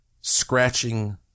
scratching